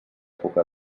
època